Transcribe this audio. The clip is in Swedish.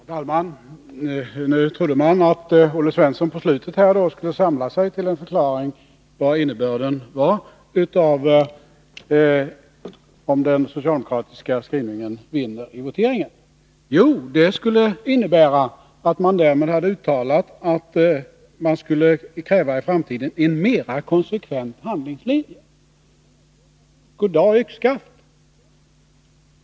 Herr talman! Nu trodde man att Olle Svensson på slutet här skulle samla sig till en förklaring av vad det skulle innebära om den socialdemokratiska skrivningen vinner i voteringen. Jo, det skulle innebära att man därmed hade uttalat att det i framtiden skulle krävas en mer konsekvent handlingslinje. Goddag yxskaft!